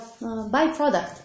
byproduct